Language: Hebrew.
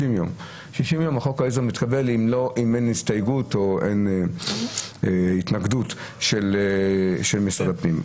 60 יום חוק העזר מתקבל אם אין הסתייגות או אין התנגדות של משרד הפנים.